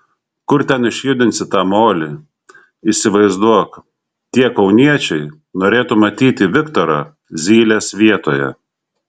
kur ten išjudinsi tą molį įsivaizduok tie kauniečiai norėtų matyti viktorą zylės vietoje